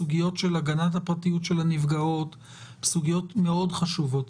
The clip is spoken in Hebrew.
סוגיות של הגנת הפרטיות של הנפגעות הן סוגיות מאוד חשובות,